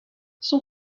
son